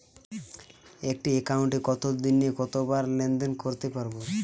একটি একাউন্টে একদিনে কতবার লেনদেন করতে পারব?